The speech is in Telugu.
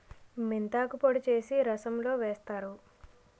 మెంతాకు పొడి చేసి రసంలో వేస్తారు